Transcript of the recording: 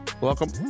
welcome